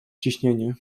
ciśnienie